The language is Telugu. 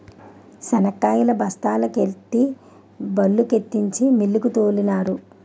శనక్కాయలు బస్తాల కెత్తి బల్లుకెత్తించి మిల్లుకు తోలినారు